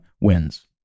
wins